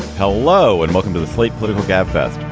hello and welcome to the slate political gabfest,